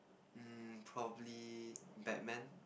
um probably batman